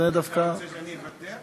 אתה רוצה שאני אוותר?